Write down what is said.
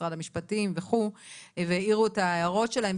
משרד המשפטים וכולי והם העירו את ההערות שלהם.